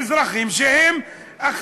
התשובה שלי ברורה, התשובה היא לא.